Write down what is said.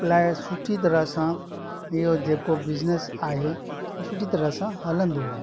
लाइ सुठी तरह सां सुठी तरह सां इहो जेको बिजनेस आहे हो सुठी तरह सां हलंदो आहे